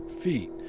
feet